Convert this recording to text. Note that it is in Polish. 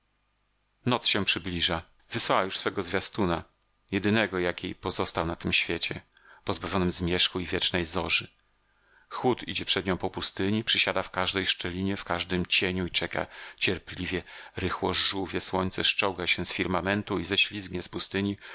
noc się przybliża wysłała już swego zwiastuna jedynego jaki jej pozostał na tym świecie pozbawionym zmierzchu i wieczornej zorzy chłód idzie przed nią po pustyni przysiada w każdej szczelinie w każdym cieniu i czeka cierpliwie rychło żółwie słońce zczołga się z firmamentu i ześlizgnie z pustyni